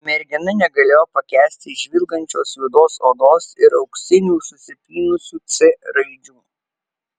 mergina negalėjo pakęsti žvilgančios juodos odos ir auksinių susipynusių c raidžių